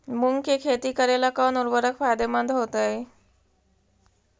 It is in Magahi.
मुंग के खेती करेला कौन उर्वरक फायदेमंद होतइ?